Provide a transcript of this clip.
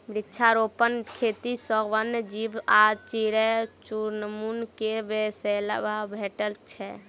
वृक्षारोपण खेती सॅ वन्य जीव आ चिड़ै चुनमुनी के बसेरा भेटैत छै